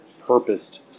purposed